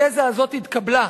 התזה הזאת התקבלה.